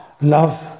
love